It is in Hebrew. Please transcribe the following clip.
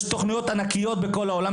יש תוכניות ענקיות בכל העולם,